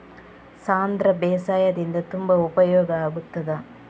ಸಾಂಧ್ರ ಬೇಸಾಯದಿಂದ ತುಂಬಾ ಉಪಯೋಗ ಆಗುತ್ತದಾ?